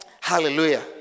Hallelujah